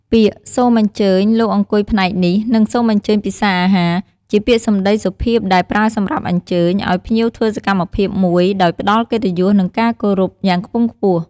ពាក្យ "សូមអញ្ជើញលោកអង្គុយផ្នែកនេះ" និង "សូមអញ្ជើញពិសារអាហារ" ជាពាក្យសម្តីសុភាពដែលប្រើសម្រាប់អញ្ជើញ ឲ្យភ្ញៀវធ្វើសកម្មភាពមួយដោយផ្ដល់កិត្តិយស និងការគោរពយ៉ាងខ្ពង់ខ្ពស់។